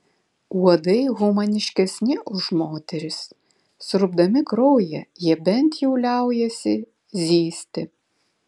uodai humaniškesni už moteris siurbdami kraują jie bent jau liaujasi zyzti